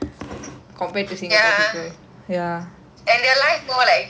ya and their life more like adventurous like